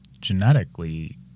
genetically